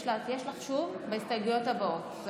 יש לך שוב בהסתייגויות הבאות.